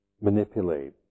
manipulate